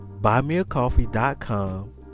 buymeacoffee.com